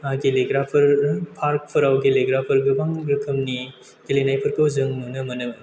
गेलेग्राफोर पार्कफोराव गेलेग्राफोर गोबां रोखोमनि गेलेनायफोरखौ जों नुनो मोनो